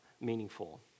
meaningful